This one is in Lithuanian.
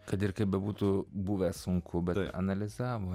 kad ir kaip bebūtų buvę sunku bet analizavo